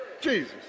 Jesus